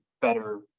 better